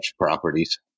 properties